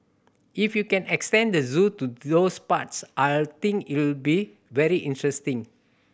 if you can extend the zoo to those parts I think it'll be very interesting